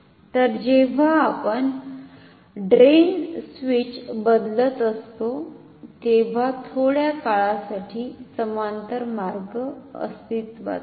तर जेव्हा आपण ड्रेन स्विच बदलत असतो तेव्हा थोड्या काळासाठी समांतर मार्ग अस्तित्त्वात नाही